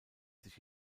sich